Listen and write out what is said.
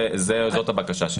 זאת הבקשה שלנו.